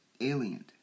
alien